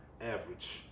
average